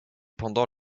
pendant